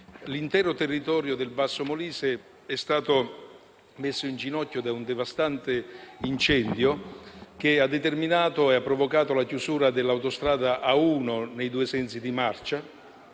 l'intero territorio del basso Molise è stato messo in ginocchio da un devastante incendio che ha determinato la chiusura dell'autostrada A1 nei due sensi di marcia,